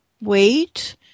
Wait